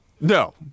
No